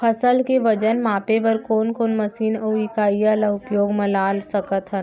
फसल के वजन मापे बर कोन कोन मशीन अऊ इकाइयां ला उपयोग मा ला सकथन?